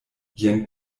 jen